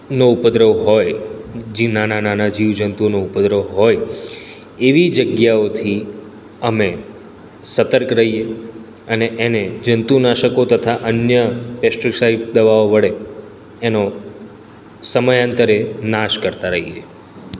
નો ઉપદ્રવ હોય જે નાના નાના જીવજંતુનો ઉપદ્રવ હોય એવી જગ્યાઓથી અમે સતર્ક રહીએ અને એને જંતુનાશકો તથા અન્ય પેસ્ટીશાઇડ દવાઓ વડે એનો સમયાંતરે નાશ કરતા રહીએ